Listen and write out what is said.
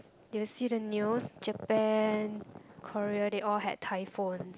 did you see the news Japan Korea they all had typhoon